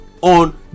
on